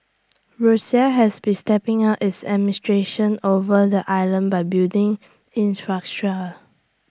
Russia has been stepping up its administration over the islands by building